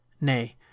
Nay